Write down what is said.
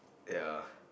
ya